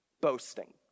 boasting